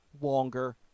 longer